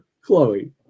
chloe